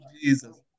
Jesus